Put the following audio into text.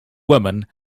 woman